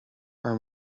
our